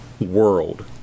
world